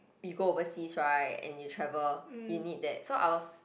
you go overseas right and we travel you need that so I was